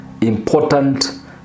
important